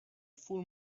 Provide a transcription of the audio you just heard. full